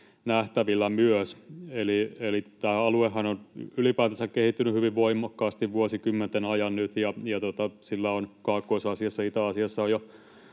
kehityskulkuja. Aluehan on ylipäätänsä kehittynyt hyvin voimakkaasti vuosikymmenten ajan, ja sillä on Kaakkois-Aasiassa, Itä- Aasiassa